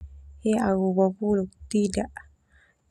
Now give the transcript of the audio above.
He au babuluk tidak.